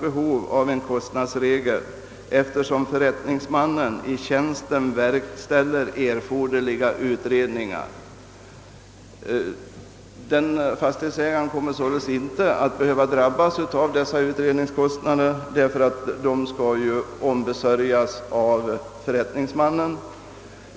behov av en kostnadsregel eftersom förrättningsmannen i tjänsten verkställer erforderliga utredningar.» Fastighetsägaren behöver sålunda inte drabbas av dessa utredningskostnader.